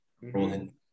Rolling